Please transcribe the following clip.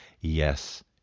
yes